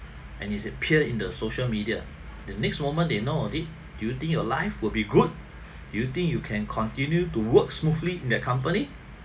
and it's appear in the social media the next moment they know of it do you think your life will be good do you think you can continue to work smoothly in that company